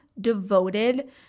devoted